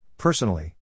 Personally